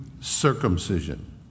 circumcision